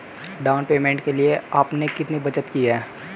Down payment के लिए आपने कितनी बचत की है?